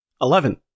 Eleven